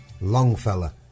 Longfellow